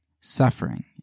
suffering